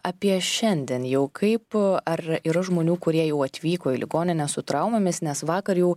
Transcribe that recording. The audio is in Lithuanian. apie šiandien jau kaip ar yra žmonių kurie jau atvyko į ligoninę su traumomis nes vakar jau